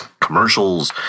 commercials